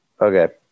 Okay